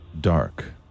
Dark